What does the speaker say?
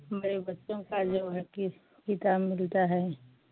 बड़े बच्चों का जो है फिर किताब मिलती है